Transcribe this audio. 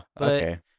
okay